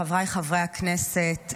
חבריי חברי הכנסת,